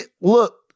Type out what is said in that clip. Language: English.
Look